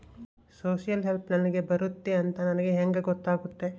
Social help ನನಗೆ ಬರುತ್ತೆ ಅಂತ ನನಗೆ ಹೆಂಗ ಗೊತ್ತಾಗುತ್ತೆ?